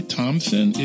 Thompson